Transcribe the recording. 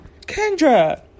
Kendra